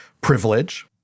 privilege